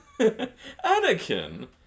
Anakin